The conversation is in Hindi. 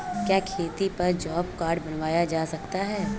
क्या खेती पर जॉब कार्ड बनवाया जा सकता है?